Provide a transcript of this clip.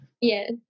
yes